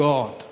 God